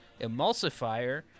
emulsifier